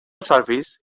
service